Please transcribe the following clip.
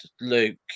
Luke